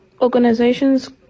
organizations